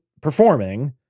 performing